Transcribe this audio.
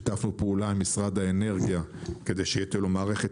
פעולה עם משרד האנרגיה כדי שתהיה לו מערכת